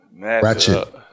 Ratchet